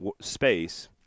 space